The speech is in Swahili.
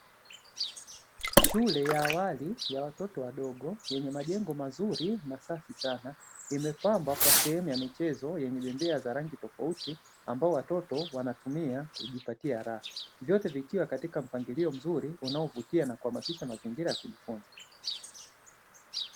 Shule ya awali ya watoto wadogo yenye majengo mazuri na safi sana, imepamba kwa sehemu ya michezo yenye bembea za rangi tofauti, ambayo watoto wanaotumia kujipatia raha, vyote vikiwa katika mpangilio mzuri unaovutia na kuhamasisha mazingira ya kujifunza.